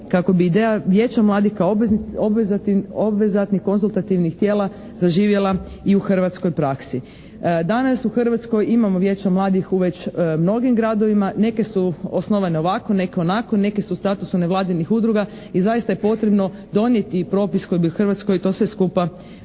kako bi ideja Vijeća mladih kao obvezatnih konzultativnih tijela zaživjela i u hrvatskoj praksi. Danas u Hrvatskoj imamo vijeća mladih u već mnogim gradovima, neke su osnovane ovako neke onako, neke su u statusu nevladinih udruga i zaista je potrebno donijeti i propis koji bi Hrvatskoj i to sve skupa